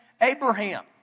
Abraham